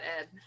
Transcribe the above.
ed